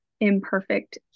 imperfect